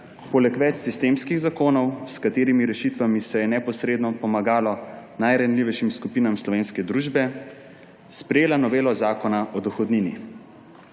rešitev v sistemskih zakonih, s katerimi se je neposredno pomagalo najranljivejšim skupinam slovenske družbe, sprejeli novelo Zakona o dohodnini.